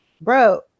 bro